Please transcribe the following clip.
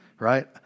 right